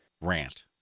rant